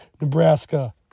Nebraska